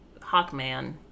Hawkman